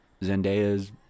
Zendayas